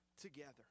together